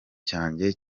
cyanjye